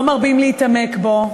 לא מרבים להתעמק בו.